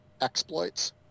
exploits